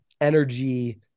energy